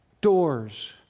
Doors